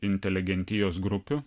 inteligentijos grupių